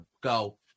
go